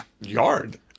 yard